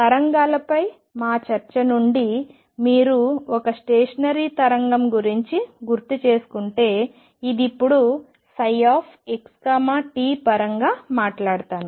తరంగాలపై మా చర్చ నుండి మీరు ఒక స్టేషనరీ తరంగం గురించి గుర్తుచేసుకుంటే నేను ఇప్పుడు ψxt పరంగా మాట్లాడతాను